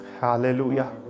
Hallelujah